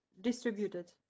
distributed